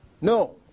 No